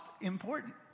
important